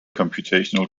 computational